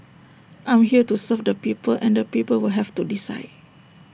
I'm here to serve the people and the people will have to decide